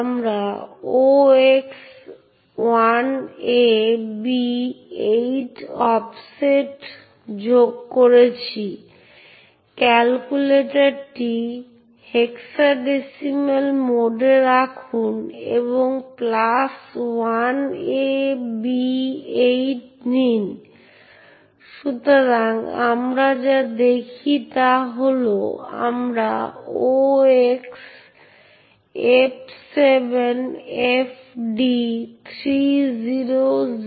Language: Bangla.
তাই ওয়েবসার্ভার বলার ক্ষেত্রে এটি গুরুত্বপূর্ণ। এখন যখন আমরা একটি নির্দিষ্ট মেশিনে একটি ওয়েব সার্ভার হোস্ট করি যে কোনও ব্যবহারকারী আসলে নির্দিষ্ট মেশিনে সংযোগ করতে এবং সেই নির্দিষ্ট ওয়েব সার্ভারের পৃষ্ঠাগুলি দেখতে পারে। সেই ব্যবহারকারীর বৈধ থাকার প্রয়োজন নেই। সেই নির্দিষ্ট ওয়েব সার্ভারে লগইন করুন আরও যে কোনও প্রক্রিয়া 1024 এর চেয়ে বড় পোর্টগুলি শুনতে পারে। 1024 এর কম নেটওয়ার্ক পোর্টগুলির জন্য এটির সুপার ইউজারের বিশেষাধিকার প্রয়োজন কারণ এই পোর্টগুলি একটি বিশেষ সিস্টেম প্রক্রিয়াগুলিকে সংযুক্ত করেছে। 1024 এর চেয়ে বড় প্রসেসগুলির জন্য সিস্টেমের মধ্যে যে কোনও প্রক্রিয়া আসলে সেই পোর্টটি খুলতে এবং শুনতে পারে